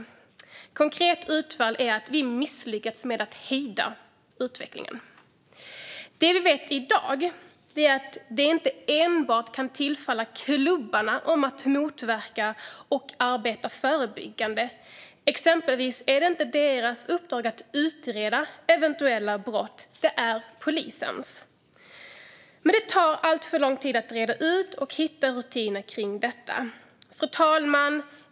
Det konkreta utfallet är att vi har misslyckats med att hejda utvecklingen. Det vi vet i dag är att det inte enbart kan åligga klubbarna att motverka och arbeta förebyggande. Exempelvis är det inte deras uppdrag att utreda eventuella brott, utan polisens. Men det tar alltför lång tid att reda ut detta och hitta rutiner. Fru talman!